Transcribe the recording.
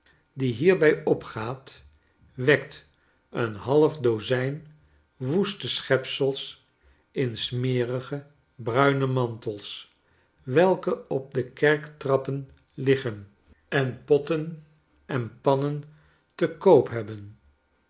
die hierbij opgaat wekt een half dozyn woeste schepselsinsmerige bruine mantels welke op de kerktrappen liggen en potten en pannen te koop hebben